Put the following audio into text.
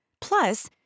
Plus